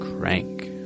Crank